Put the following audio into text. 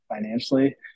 financially